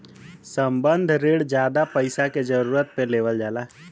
संबंद्ध रिण जादा पइसा के जरूरत पे लेवल जाला